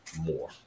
more